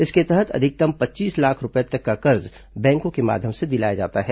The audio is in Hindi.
इसके तहत अधिकतम पच्चीस लाख रूपये तक का कर्ज बैंकों के माध्यम से दिलाया जाता है